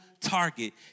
target